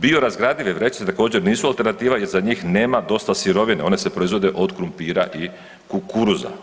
Biorazgradive vrećice također, nisu alternativa jer za njih nema dosta sirovina, one se proizvode od krumpira i kukuruza.